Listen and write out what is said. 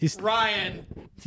Ryan